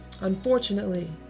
Unfortunately